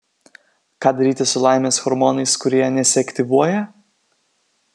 ką daryti su laimės hormonais kurie nesiaktyvuoja